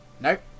Nope